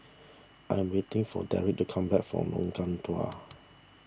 I am waiting for Derrick to come back from Lengkong Dua